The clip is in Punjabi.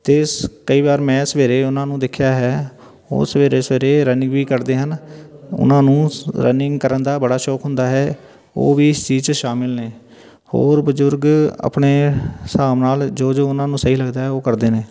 ਅਤੇ ਸ ਕਈ ਵਾਰ ਮੈਂ ਸਵੇਰੇ ਉਹਨਾਂ ਨੂੰ ਦੇਖਿਆ ਹੈ ਉਹ ਸਵੇਰੇ ਸਵੇਰੇ ਰਨਿੰਗ ਵੀ ਕਰਦੇ ਹਨ ਉਹਨਾਂ ਨੂੰ ਸ ਰਨਿੰਗ ਕਰਨ ਦਾ ਬੜਾ ਸ਼ੌਕ ਹੁੰਦਾ ਹੈ ਉਹ ਵੀ ਇਸ ਚੀਜ਼ 'ਚ ਸ਼ਾਮਿਲ ਨੇ ਹੋਰ ਬਜ਼ੁਰਗ ਆਪਣੇ ਹਿਸਾਬ ਨਾਲ ਜੋ ਜੋ ਉਹਨਾਂ ਨੂੰ ਸਹੀ ਲੱਗਦਾ ਉਹ ਕਰਦੇ ਨੇ